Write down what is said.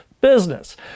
business